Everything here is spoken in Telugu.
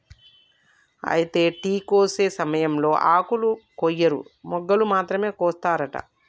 అయితే టీ కోసే సమయంలో ఆకులను కొయ్యరు మొగ్గలు మాత్రమే కోస్తారట